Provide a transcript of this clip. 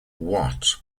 what